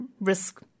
risk